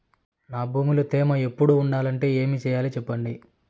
నా భూమిలో తేమ ఎప్పుడు ఉండాలంటే ఏమి సెయ్యాలి చెప్పండి?